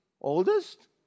oldest